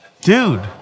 Dude